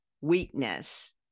weakness